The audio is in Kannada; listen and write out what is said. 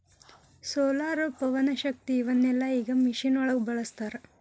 ಸೋಲಾರ, ಪವನಶಕ್ತಿ ಇವನ್ನೆಲ್ಲಾ ಈಗ ಮಿಷನ್ ಒಳಗ ಬಳಸತಾರ